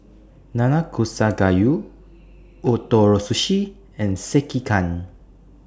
Nanakusa Gayu Ootoro Sushi and Sekihan